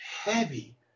heavy